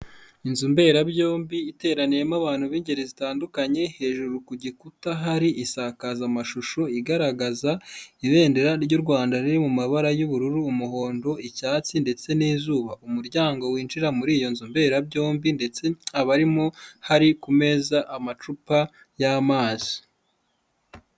Inzu mberabyombi iteraniyemo abantu b'ingeri zitandukanye, hejuru ku gikuta hari isakazamashusho igaragaza ibendera ry'u Rwanda riri mu mabara y'ubururu, umuhondo, icyatsi ndetse n'izuba, umuryango winjira muri iyo nzu mberabyombi ndetse abarimo hari ku meza amacupa y'amazi.